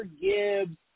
Gibbs